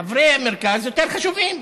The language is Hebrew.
חברי המרכז יותר חשובים.